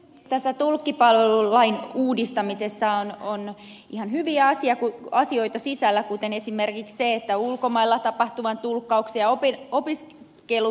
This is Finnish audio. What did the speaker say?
tässä tulkkipalvelulain uudistamisessa on ihan hyviä asioita sisällä kuten esimerkiksi se että ulkomailla tapahtuva tulkkauksia uhri oli kielo